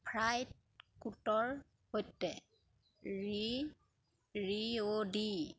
freight কুটৰ সৈতে ৰি ৰিঅ' ডি